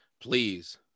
please